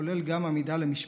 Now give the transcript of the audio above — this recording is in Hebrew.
כולל עמידה למשפט.